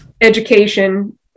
education